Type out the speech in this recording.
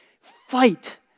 fight